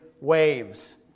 waves